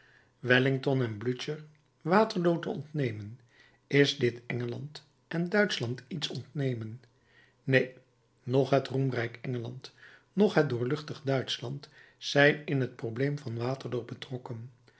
wellington en blücher waterloo te ontnemen is dit engeland en duitschland iets ontnemen neen noch het roemrijk engeland noch het doorluchtig duitschland zijn in het probleem van waterloo betrokken